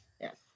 Yes